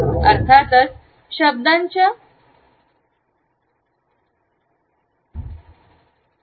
अर्थातच शब्दांच्या जावा लागेल